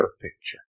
picture